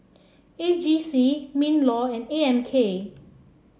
A G C Minlaw and A M K